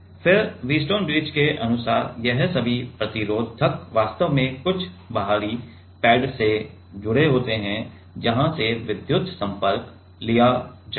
और फिर Wheatstone bridge के अनुसार यह सभी प्रतिरोधक वास्तव में कुछ बाहरी पैड से जुड़े होते हैं जहां से विद्युत संपर्क लिया जाएगा